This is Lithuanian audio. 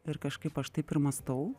ir kažkaip aš taip ir mąstau